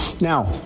Now